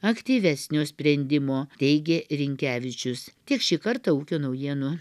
aktyvesnio sprendimo teigė rinkevičius tiek šį kartą ūkio naujienų